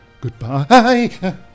goodbye